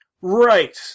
Right